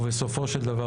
ובסופו של דבר